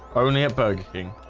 only at burger king